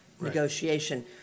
negotiation